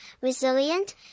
resilient